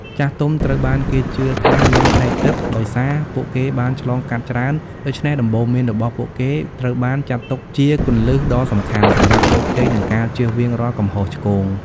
ចាស់ទុំត្រូវបានគេជឿថាមាន ភ្នែកទិព្វ ដោយសារពួកគេបានឆ្លងកាត់ច្រើន ដូច្នេះដំបូន្មានរបស់ពួកគេត្រូវបានចាត់ទុកជា គន្លឹះដ៏សំខាន់ សម្រាប់ជោគជ័យ និងការជៀសវាងរាល់កំហុសឆ្គង។